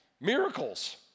miracles